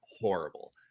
horrible